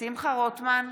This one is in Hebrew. שמחה רוטמן,